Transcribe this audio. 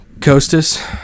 Costas